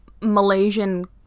Malaysian